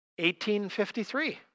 1853